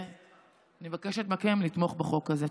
אני מבקשת מכם לתמוך בחוק הזה.